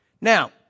Now